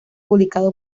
publicado